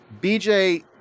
BJ